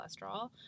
cholesterol